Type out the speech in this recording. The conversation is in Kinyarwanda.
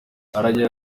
aragira